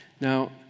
Now